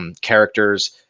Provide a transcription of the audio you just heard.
characters